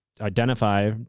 identify